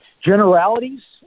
generalities